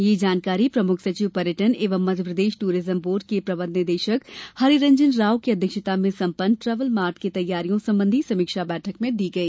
यह जानकारी प्रमुख सचिव पर्यटन एवं मध्यप्रदेश ट्ररिज्म बोर्ड के प्रबंध निदेशक हरि रंजन राव की अध्यक्षता में संपन्न ट्रेवल मार्ट की तैयारियों संबंधी समीक्षा बैठक में दी गई